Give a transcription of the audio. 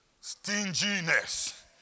Stinginess